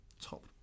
top